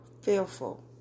fearful